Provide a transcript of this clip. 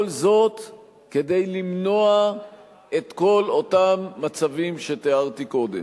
כל זה כדי למנוע את כל אותם מצבים שתיארתי קודם.